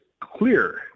clear